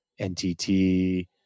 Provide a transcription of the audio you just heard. NTT